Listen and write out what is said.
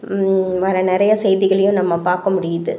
வர நிறைய செய்திகளையும் நம்ம பார்க்க முடியுது